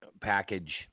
package